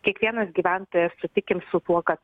kiekvienas gyventojas sutikim su tuo kad